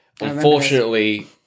Unfortunately